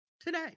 today